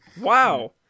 Wow